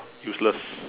useless